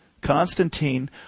Constantine